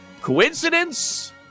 Coincidence